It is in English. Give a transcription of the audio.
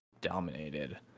dominated